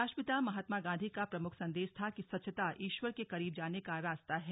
राष्ट्रपिता महात्मा गांधी का प्रमुख संदेश था कि स्वच्छता ईश्वर के करीब जाने का रास्ता है